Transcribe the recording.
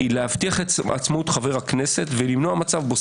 היא להבטיח את עצמאות חבר הכנסת ולמנוע מצב שבו